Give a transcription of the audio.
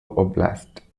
oblast